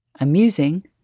amusing